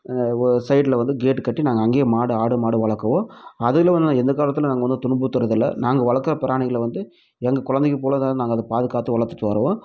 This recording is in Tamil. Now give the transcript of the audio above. சைடில் வந்து கேட்டு கட்டி நாங்கள் அங்கேயே மாடு ஆடு மாடு வளர்க்குவோம் அதில் ஒன்று எந்த காலத்துலேயும் துன்புறுத்துகிறதுல நாங்கள் வளர்க்குற பிராணிகளை வந்து எங்கள் குழந்தைகள் போல் தான் நாங்கள் அதை பாதுகாத்து வளர்த்துட்டுவருவோம்